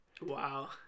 Wow